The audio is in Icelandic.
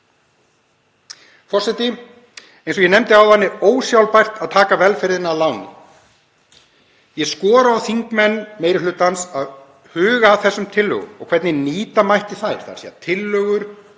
Forseti. Eins og ég nefndi áðan er ósjálfbært að taka velferðina að láni. Ég skora á þingmenn meiri hlutans að huga að þessum tillögum — hvernig nýta mætti þær, þ.e.a.s. tillögur